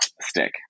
stick